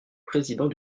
président